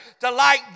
delight